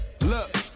look